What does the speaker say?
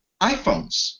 iPhones